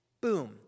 boom